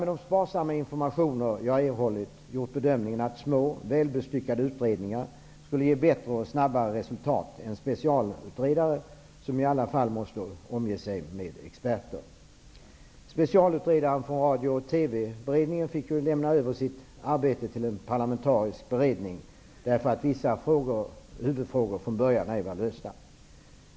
Med de sparsamma informationer som jag har erhållit har jag gjort bedömningen att små, välbestyckade utredningar skulle ge bättre och snabbare resultat än specialutredare, som i alla fall måste omge sig med experter. Specialutredaren beträffande Radio TV-beredningen fick ju lämna över sitt arbete till en parlamentarisk beredning, därför att vissa huvudfrågor från början ej var lösta.